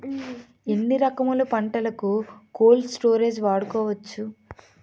ఎన్ని రకములు పంటలకు కోల్డ్ స్టోరేజ్ వాడుకోవచ్చు?